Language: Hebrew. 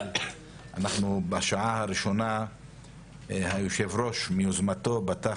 אבל בשעה הראשונה היושב-ראש מיוזמתו פתח